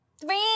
Three